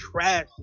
trash